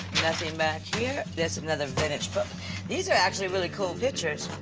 nothing back here. that's another vintage po these are actually really cool pictures.